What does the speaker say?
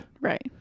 right